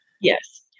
Yes